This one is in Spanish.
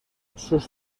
sus